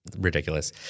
ridiculous